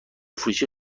فروشی